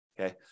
okay